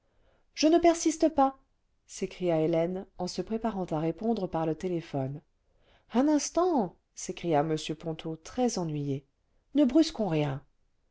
je ne persiste pas s'écria hélène en se préparant à répondre par le téléphone un instant s'écria m ponto très ennuyé ne brusquons rien